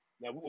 Now